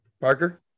Parker